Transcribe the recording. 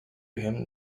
him